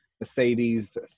Mercedes